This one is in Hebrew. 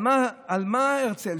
על מה הרצל?